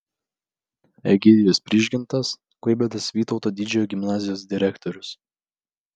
egidijus prižgintas klaipėdos vytauto didžiojo gimnazijos direktorius